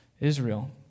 Israel